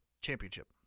Championship